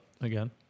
again